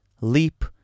Leap